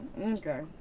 okay